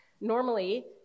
Normally